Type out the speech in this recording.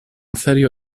serio